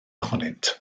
ohonynt